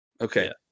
Okay